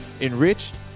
enriched